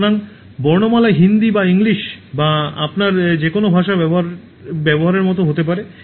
সুতরাং বর্ণমালা হিন্দি বা ইংলিশ বা আপনার যে কোনও ভাষার ব্যবহারের মতো হতে পারে